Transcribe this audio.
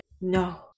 No